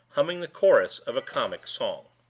humming the chorus of a comic song.